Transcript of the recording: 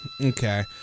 Okay